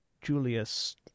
Julius